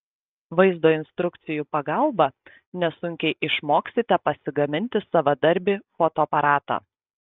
vaizdo instrukcijų pagalba nesunkiai išmoksite pasigaminti savadarbį fotoaparatą